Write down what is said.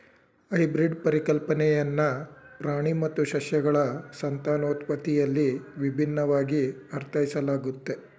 hybrid ಪರಿಕಲ್ಪನೆಯನ್ನ ಪ್ರಾಣಿ ಮತ್ತು ಸಸ್ಯಗಳ ಸಂತಾನೋತ್ಪತ್ತಿಯಲ್ಲಿ ವಿಭಿನ್ನವಾಗಿ ಅರ್ಥೈಸಲಾಗುತ್ತೆ